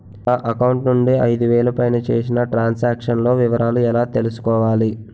నా అకౌంట్ నుండి ఐదు వేలు పైన చేసిన త్రం సాంక్షన్ లో వివరాలు ఎలా తెలుసుకోవాలి?